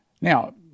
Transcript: Now